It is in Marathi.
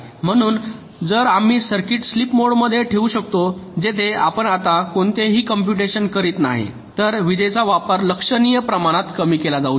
म्हणून जर आम्ही सर्किट्स स्लीप मोडमध्ये ठेवू शकतो जेथे आपण आत्ता कोणतेही कॉम्पुटेशन करत नाही तर विजेचा वापर लक्षणीय प्रमाणात कमी केला जाऊ शकतो